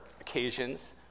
occasions